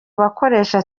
bakoresha